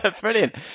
Brilliant